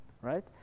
Right